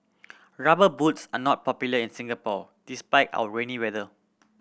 Rubber Boots are not popular in Singapore despite our rainy weather